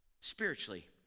spiritually